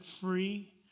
free